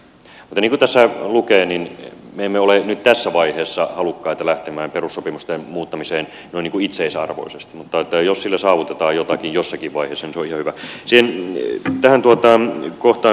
mutta niin kuin tässä lukee me emme ole nyt tässä vaiheessa halukkaita lähtemään perussopimusten muuttamiseen noin niin kuin itseisarvoisesti mutta jos sillä saavutetaan jotakin jossakin vaiheessa niin se on ihan hyvä